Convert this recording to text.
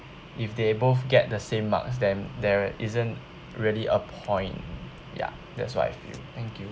if they both get the same marks then there isn't really a point ya that's what I feel thank you